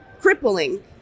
crippling